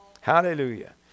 Hallelujah